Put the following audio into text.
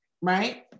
Right